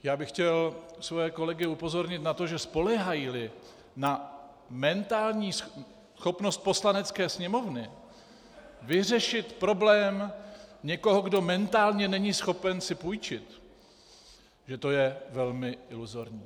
Já bych chtěl své kolegy upozornit na to, že spoléhajíli na mentální schopnost Poslanecké sněmovny vyřešit problém někoho, kdo mentálně není schopen si půjčit, že to je velmi iluzorní.